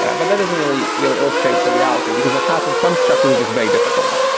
but that doesn't really really illustrate the reality. because what happens, some structures are just very difficult.